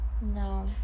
No